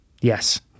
Yes